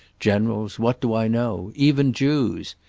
generals, what do i know? even jews.